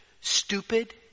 stupid